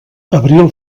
abril